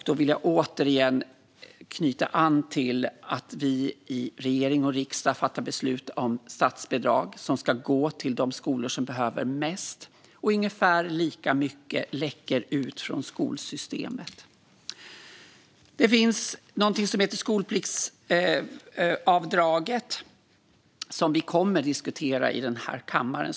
Då vill jag återigen knyta an till att vi i regering och riksdag fattar beslut om statsbidrag som ska gå till de skolor som behöver mest, och ungefär lika mycket läcker ut från skolsystemet. Det finns något som heter skolpliktsavdrag, som vi kommer att diskutera i den här kammaren.